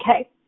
okay